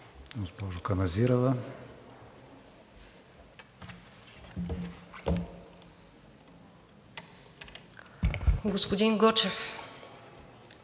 господин Гочев.